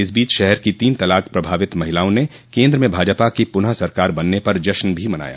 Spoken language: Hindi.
इस बीच शहर की तीन तलाक़ प्रभावित महिलाओं ने केन्द्र में भाजपा की पुनः सरकार बनने पर जश्न भी मनाया